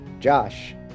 Josh